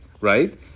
right